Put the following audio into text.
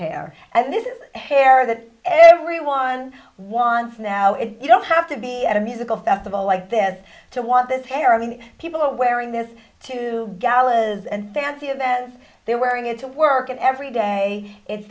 hair and this is hair that everyone wants now if you don't have to be at a musical festival like this to want this hair i mean people are wearing this too gallas and fancy and then they're wearing it to work every day it's